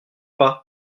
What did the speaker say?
pas